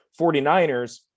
49ers